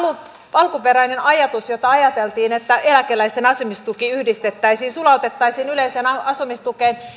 alkuperäinen ajatus että eläkeläisten asumistuki yhdistettäisiin sulautettaisiin yleiseen asumistukeen